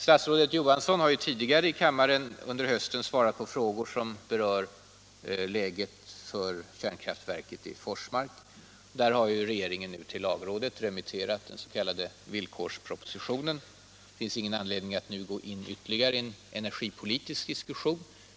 Statsrådet Johansson har tidigare under hösten svarat på frågor om läget för kärnkraftverket i Forsmark. Regeringen har nu till lagrådet remitterat den s.k. villkorspropositionen. Det finns ingen anledning att här gå in på en energipolitisk diskussion.